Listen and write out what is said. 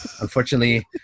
Unfortunately